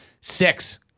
six